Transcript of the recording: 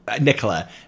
Nicola